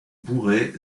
bourret